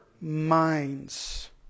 minds